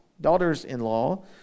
daughters-in-law